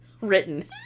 written